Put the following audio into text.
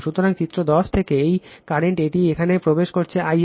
সুতরাং চিত্র 10 থেকে এই কারেন্ট এটি এখানে প্রবেশ করছে I a